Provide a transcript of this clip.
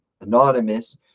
anonymous